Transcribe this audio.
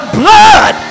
blood